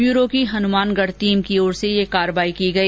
bureau की Hanumangarh team की ओर से ये कार्रवाई की गई